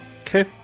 Okay